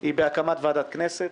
היא בהקמת ועדת כנסת